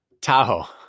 Tahoe